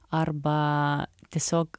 arba tiesiog